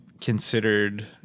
considered